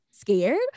scared